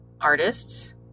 artists